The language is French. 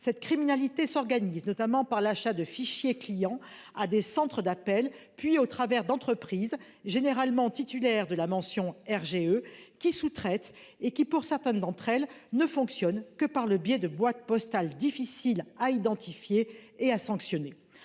cette criminalité s'organise, notamment par l'achat de fichier clients à des centres d'appels puis au travers d'entreprises généralement titulaires de la mention RGE qui sous-traitent et qui pour certaines d'entre elles ne fonctionne que par le biais de boîte postale difficiles à identifier et à sanctionner